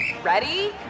Ready